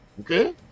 Okay